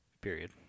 period